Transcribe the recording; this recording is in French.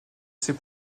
assez